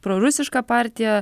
prorusiška partija